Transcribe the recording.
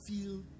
feel